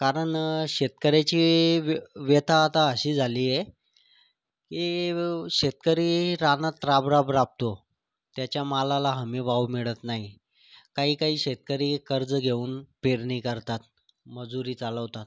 कारण शेतकऱ्याची व्य व्यथा आता अशी झाली आहे की शेतकरी रानात राबराब राबतो त्याच्या मालाला हमी भाव मिळत नाही काही काही शेतकरी कर्ज घेऊन पेरणी करतात मजुरी चालवतात